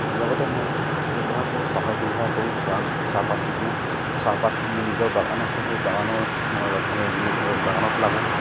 লগতে মই ব্যৱসায় কৰোঁ চাহৰ ব্যৱসায় কৰোঁ চাহ চাহপাত বিকোঁ চাহপাত মোৰ নিজৰ বাগান আছে সেই বাগানৰ বাগানত লাগোঁ